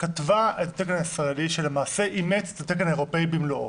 כתבה את התקן הישראלי שלמעשה אימץ את התקן האירופאי במלואו.